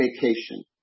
vacation